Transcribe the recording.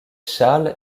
charles